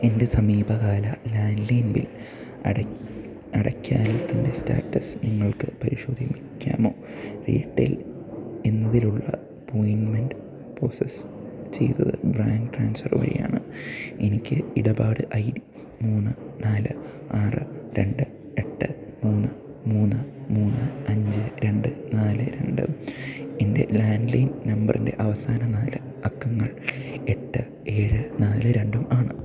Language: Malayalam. എൻ്റെ സമീപകാല ലാൻഡ് ലൈൻ ബിൽ അടയ്ക്കാത്തതിൻ്റെ സ്റ്റാറ്റസ് നിങ്ങൾക്കു പരിശോധിക്കാമോ റീടെയ്ൽ എന്നതിലുള്ള പെയ്മെൻ്റ് പ്രൊസസ്സ് ചെയ്തത് ബാങ്ക് ട്രാൻസ്ഫർ വഴിയാണ് എനിക്ക് ഇടപാട് ഐ ഡി മൂന്ന് നാല് ആറ് രണ്ട് എട്ട് മൂന്ന് മൂന്ന് മൂന്ന് അഞ്ച് രണ്ട് നാല് രണ്ടും എൻ്റെ ലാൻഡ് ലൈൻ നമ്പറിൻ്റെ അവസാന നാല് അക്കങ്ങൾ എട്ട് ഏഴ് നാല് രണ്ടും ആണ്